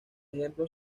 ejemplo